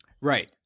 Right